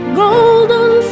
golden